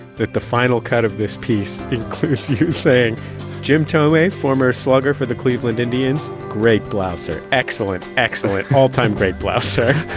that the final cut of this piece includes you saying jim thome former slugger for the cleveland indians, great blouser, excellent, excellent. all time great blouser.